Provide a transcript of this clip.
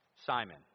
Simon